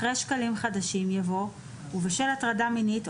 אחרי "שקלים חדשים" יבוא "ובשל הטרדה מינית,